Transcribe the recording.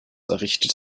errichtet